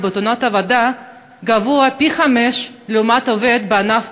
בתאונת עבודה גבוה פי-חמישה לעומת עובד בענף